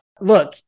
Look